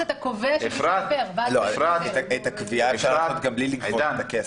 את הקביעה אפשר גם בלי לגבות את הכסף.